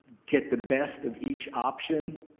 get the best of each option,